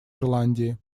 ирландии